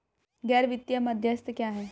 गैर वित्तीय मध्यस्थ क्या हैं?